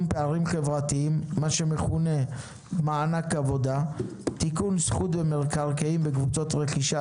פערים חברתיים (מענק עבודה) (תיקון - זכות במקרקעין בקבוצת רכישה),